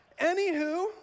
anywho